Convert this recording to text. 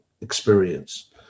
experience